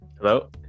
Hello